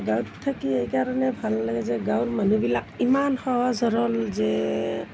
গাঁৱত থাকি এইকাৰণে ভাল লাগে যে গাঁৱৰ মানুহবিলাক ইমান সহজ সৰল যে